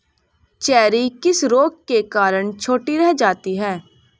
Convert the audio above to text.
Cherry किस रोग के कारण छोटी रह जाती है?